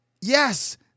Yes